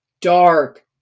dark